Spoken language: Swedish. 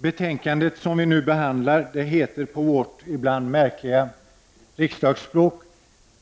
Herr talman! Det betänkande som vi nu behandlar är på vårt ibland märkliga riksdagsspråk rubricerat